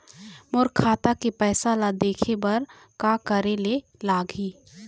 मोर खाता के पैसा ला देखे बर का करे ले लागही?